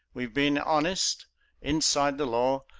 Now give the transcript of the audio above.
we've been honest inside the law,